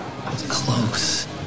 close